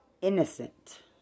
innocent